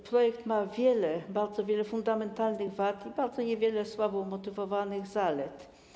Projekt ma wiele, bardzo wiele fundamentalnych wad i bardzo niewiele słabo umotywowanych zalet.